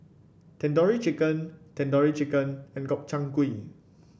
Tandoori Chicken Tandoori Chicken and Gobchang Gui